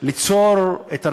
ליצור את הרגיעה,